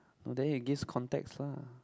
no then it gives context lah